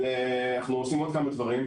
אנחנו עושים עוד כמה דברים.